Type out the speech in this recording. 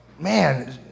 Man